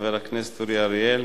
חבר הכנסת אורי אריאל,